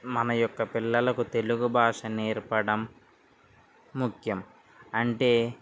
మన యొక్క పిల్లలకు తెలుగు భాష నేర్పడం ముఖ్యం అంటే